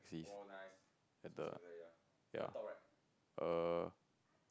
seas at the ya err